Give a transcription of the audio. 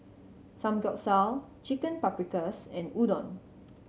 Samgyeopsal Chicken Paprikas and Udon